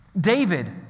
David